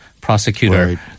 prosecutor